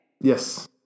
Yes